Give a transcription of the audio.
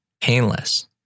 painless